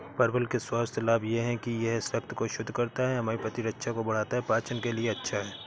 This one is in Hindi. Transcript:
परवल के स्वास्थ्य लाभ यह हैं कि यह रक्त को शुद्ध करता है, हमारी प्रतिरक्षा को बढ़ाता है, पाचन के लिए अच्छा है